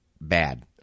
Bad